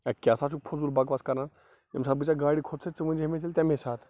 A کیٛاہ سا چھُکھ فضوٗل بکواس کَران ییٚمہِ ساتہٕ بہٕ ژےٚ گاڑِ کھوٚت سے ژٕ ؤنہِ زِہا مےٚ تیٚلہِ تَمہِ ساتہٕ